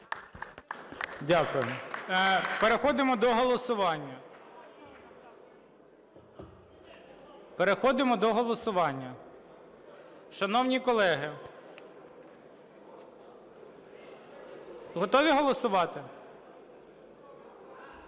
Дякую. Переходимо до голосування. Шановні колеги, готові голосувати?